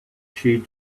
she